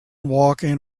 walking